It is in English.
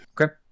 Okay